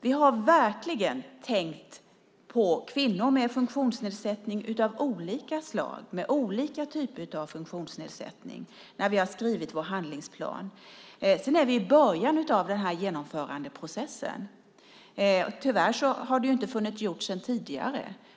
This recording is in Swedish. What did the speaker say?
Vi har verkligen tänkt på kvinnor med funktionsnedsättning av olika slag och med olika typer av funktionsnedsättning när vi har skrivit vår handlingsplan. Men vi är i början av genomförandeprocessen. Tyvärr har det inte funnits något gjort sedan tidigare.